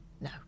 No